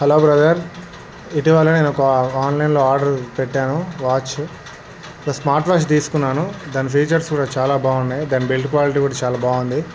hello brother ఇటీవల నేను ఒక ఆన్లైన్లో ఆర్డర్ పెట్టాను వాచ్ ఒక స్మార్ట్ వాచ్ తీసుకున్నాను దాని ఫీచర్స్ కూడా చాలా బాగున్నాయి దాని బిల్డ్ క్వాలిటీ కూడా చాలా బాగుంది